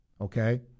Okay